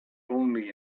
only